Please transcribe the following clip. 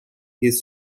his